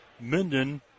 Minden